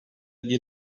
bir